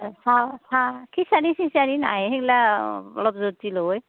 চাহ চাহ খিচাৰি চিচাৰি নাই সেইগিলা অলপ জটিল হয়